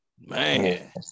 Man